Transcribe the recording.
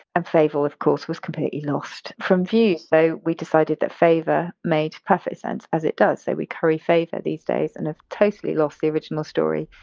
and favel, of course, was completely lost from view. so we decided that favour made perfect sense as it does so we curry favour these days and have totally lost the original story.